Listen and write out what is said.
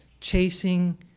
chasing